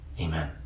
Amen